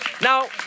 Now